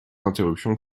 interruption